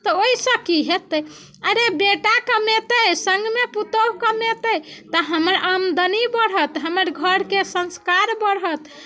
तऽ ओहिसँ की हेतै अरे बेटा कमेतै सङ्गमे पुतहु कमेतै तऽ हमर आमदनी बढ़त हमर घरके संस्कार बढ़त